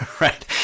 right